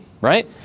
Right